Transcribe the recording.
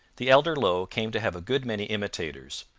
the elder low came to have a good many imitators,